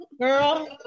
girl